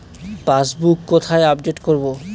Passbook কোথায় update করব?